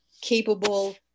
capable